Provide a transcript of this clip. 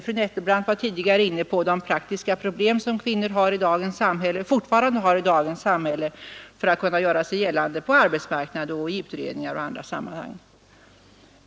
Fru Nettelbrandt var tidigare inne på de praktiska problem som kvinnor fortfarande har i dagens samhälle för att kunna göra sig gällande på arbetsmarknaden, i utredningar och i andra sammanhang.